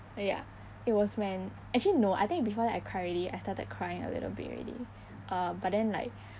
ya it was when actually no I think before that I cry already I started crying a little bit already uh but then like